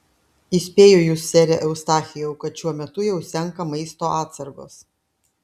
įspėju jus sere eustachijau kad šiuo metu jau senka maisto atsargos